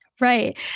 Right